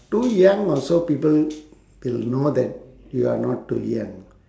too young also people will know that we are not too young